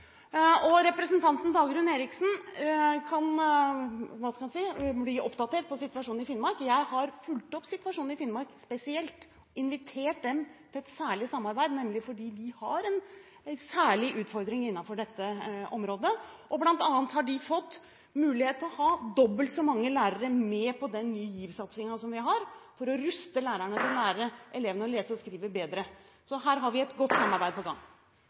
bli oppdatert på situasjonen i Finnmark. Jeg har fulgt opp situasjonen i Finnmark spesielt og invitert dem til et særlig samarbeid fordi de har en særlig utfordring innenfor dette området. Blant annet har de fått mulighet til å ha dobbelt så mange lærere med på den Ny GIV-satsingen som vi har, for å ruste lærerne til å lære elevene å lese og skrive bedre . Så her har vi et godt samarbeid på gang.